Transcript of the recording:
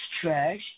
trash